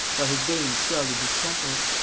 while his veins swelled in his temples.